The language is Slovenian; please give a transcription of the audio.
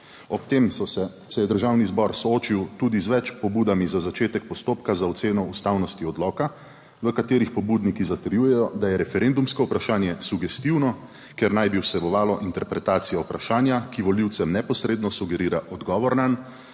Ob tem se je Državni zbor soočil tudi z več pobudami za začetek postopka za oceno ustavnosti odloka, v katerih pobudniki zatrjujejo, da je referendumsko vprašanje sugestivno, ker naj bi vsebovalo interpretacijo vprašanja, ki volivcem neposredno sugerira odgovor nanj.